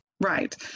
Right